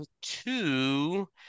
two